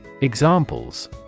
Examples